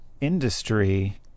industry